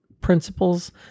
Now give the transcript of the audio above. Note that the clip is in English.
principles